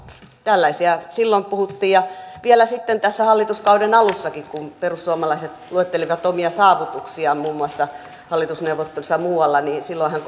tällaisia silloin puhuttiin ja vielä sitten tässä hallituskauden alussakin kun perussuomalaiset luettelivat omia saavutuksiaan muun muassa hallitusneuvotteluissa ja muualla niin silloinhan